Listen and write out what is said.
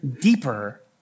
deeper